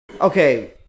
Okay